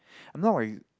I'm not like